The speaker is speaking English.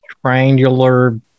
Triangular